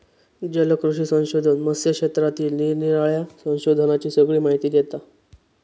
जलकृषी संशोधन मत्स्य क्षेत्रातील निरानिराळ्या संशोधनांची सगळी माहिती देता